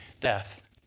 death